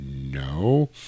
no